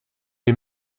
est